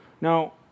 Now